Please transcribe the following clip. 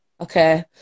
Okay